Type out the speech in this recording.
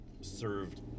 served